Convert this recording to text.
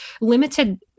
limited